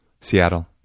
Seattle